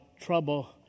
trouble